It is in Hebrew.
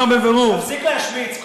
אומר בבירור, תפסיק להשמיץ.